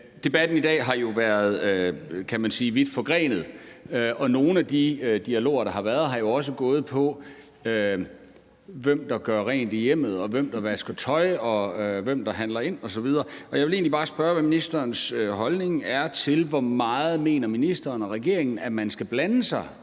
Debatten i dag har jo været, kan man sige, vidt forgrenet, og nogle af de dialoger, der har været, har jo også gået på, hvem der gør rent i hjemmet, hvem der vasker tøj, hvem der handler ind, osv., og jeg vil egentlig bare spørge, hvad ministerens holdning til det er. Hvor meget mener ministeren og regeringen man skal blande sig